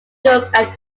york